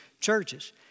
churches